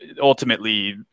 ultimately